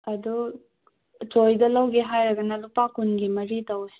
ꯑꯗꯣ ꯆꯣꯏꯅ ꯂꯧꯒꯦ ꯍꯥꯏꯔꯒꯅ ꯂꯨꯄꯥ ꯀꯨꯟꯒꯤ ꯃꯔꯤ ꯇꯧꯋꯦ